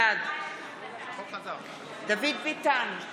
בעד דוד ביטן,